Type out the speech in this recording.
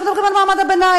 אנחנו מדברים על מעמד הביניים,